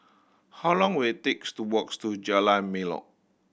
how long will it takes to walks to Jalan Melor